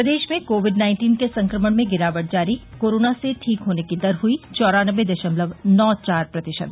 प्रदेश में covid nineteen के संक्रमण में गिरावट जारी कोरोना से ठीक होने की दर हुई चौरानबे दशमलव नौ चार प्रतिशत